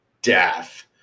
death